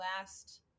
last